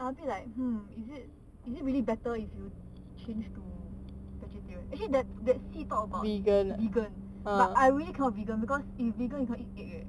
I a bit like hmm is it is it really better if you change to vegetarian actually that 戏 talk about vegan but I really cannot vegan because if vegan you cannot eat steak eh